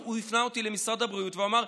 הוא הפנה אותי למשרד הבריאות והוא אמר: